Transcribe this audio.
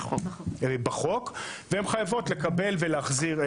והן חייבות לקבל ולהחזיר,